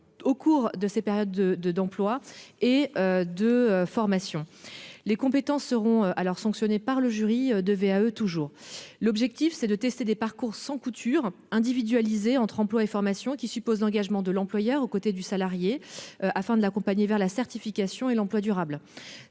au cours de ses périodes d'emploi et de formation. Les compétences seront alors sanctionnées par un jury de VAE. L'objectif est de tester des parcours sans couture et individualisés entre emploi et formation, qui supposent l'engagement de l'employeur aux côtés du salarié, afin de l'accompagner vers la certification et l'emploi durable.